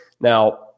Now